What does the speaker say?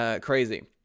crazy